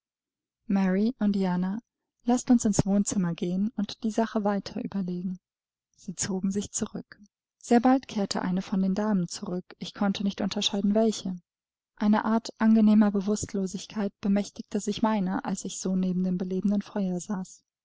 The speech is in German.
mary und diana laßt uns ins wohnzimmer gehen und die sache weiter überlegen sie zogen sich zurück sehr bald kehrte eine von den damen zurück ich konnte nicht unterscheiden welche eine art angenehmer bewußtlosigkeit bemächtigte sich meiner als ich so neben dem belebenden feuer saß